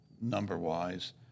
number-wise